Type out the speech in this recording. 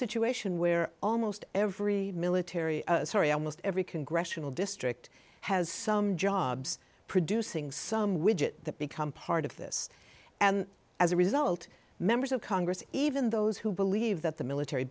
situation where almost every military story almost every congressional district has some jobs producing some widget that become part of this and as a result members of congress even those who believe that the military